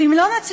ואם לא נצליח,